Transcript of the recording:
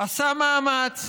עשה מאמץ.